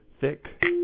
thick